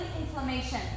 inflammation